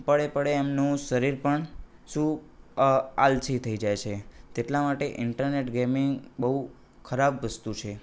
પડ્યે પડ્યે એમનું શરીર પણ શું આળસી થઈ જાય છે તેટલા માટે ઇન્ટરનેટ ગેમિંગ બહુ ખરાબ વસ્તુ છે